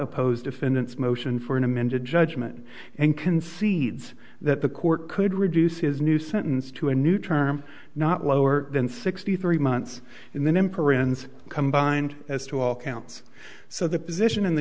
oppose defendants motion for an amended judgment and concedes that the court could reduce his new sentence to a new term not lower than sixty three months in the emperor ins combined as to all counts so the position in the